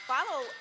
Follow